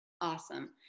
Awesome